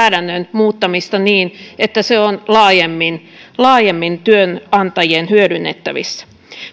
sääntelyn muuttamista niin että se on laajemmin laajemmin työnantajien hyödynnettävissä